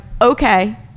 Okay